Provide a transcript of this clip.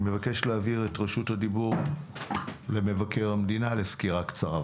אני מבקש להעביר את רשות הדיבור למבקר המדינה לסקירה קצרה.